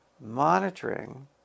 monitoring